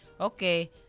okay